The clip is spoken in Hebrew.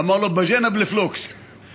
אמר לו: (אומר דברים בשפה הערבית, להלן תרגומם